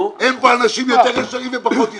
אין פה אנשים יותר ישרים ופחות ישרים,